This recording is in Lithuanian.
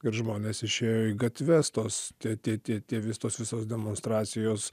ir žmonės išėjo į gatves tuos tėte tėte vis tos visos demonstracijos